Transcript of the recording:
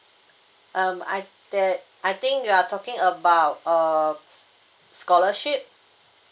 um I there I think you're talking about err scholarship